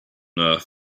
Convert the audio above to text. earth